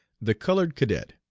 the colored cadet.